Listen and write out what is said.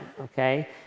okay